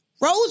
Rose